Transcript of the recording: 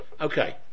Okay